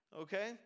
okay